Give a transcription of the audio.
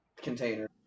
Container